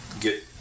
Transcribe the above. get